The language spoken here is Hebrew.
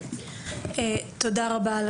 תודה רבה.